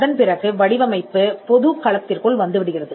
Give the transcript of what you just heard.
அதன்பிறகு வடிவமைப்பு பொது களத்திற்குள் வந்துவிடுகிறது